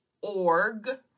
Org